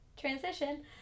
transition